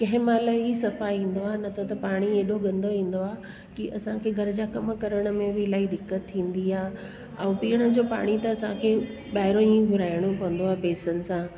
कंहिं मल ई सफ़ा ईंदो आहे न त पाणी अहिड़ो गंदो आहे की असांखे घर जा कम करण में बि इलाही दिक़त थींदी आहे ऐं पीअण जो पाणी त असांखे ॿाहिरियो ई घुराइणो पवंदो आहे पैसनि सां